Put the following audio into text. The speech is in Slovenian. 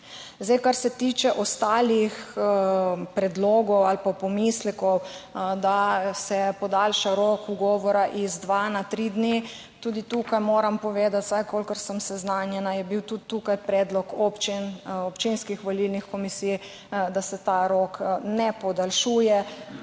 Kar se tiče ostalih predlogov ali pa pomislekov, da se podaljša rok ugovora z dveh na tri dni, tudi tukaj moram povedati, vsaj kolikor sem seznanjena, je bil predlog občin, občinskih volilnih komisij, da se tega roka ne podaljšuje.